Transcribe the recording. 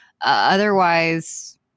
otherwise